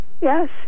Yes